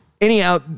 Anyhow